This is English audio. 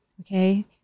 okay